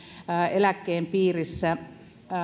eläkkeen piirissä